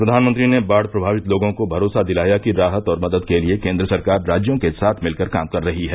प्रधानमंत्री ने बाढ़ प्रभावित लोगों को भरोसा दिलाया कि राहत और मदद के लिए केंद्र सरकार राज्यों के साथ मिलकर काम कर रही है